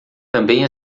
também